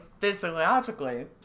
physiologically